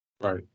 Right